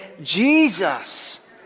Jesus